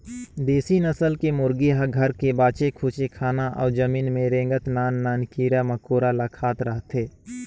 देसी नसल के मुरगी ह घर के बाचे खुचे खाना अउ जमीन में रेंगत नान नान कीरा मकोरा ल खात रहथे